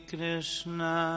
Krishna